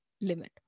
limit